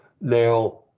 now